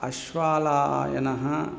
आश्वलायनः